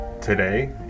Today